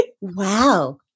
wow